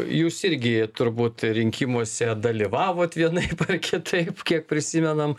jūs irgi turbūt rinkimuose dalyvavot vienaip ar kitaip kiek prisimenam